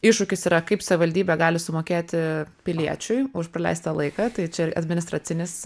iššūkis yra kaip savivaldybė gali sumokėti piliečiui už praleistą laiką tai čia administracinis